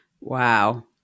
Wow